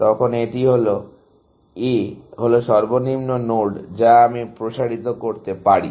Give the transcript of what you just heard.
এখন এটি হল A হল সর্বনিম্ন নোড যা আমি প্রসারিত করতে পারি